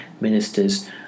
ministers